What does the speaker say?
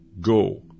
go